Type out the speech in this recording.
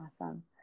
Awesome